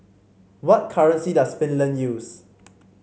what currency does Finland use